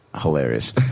Hilarious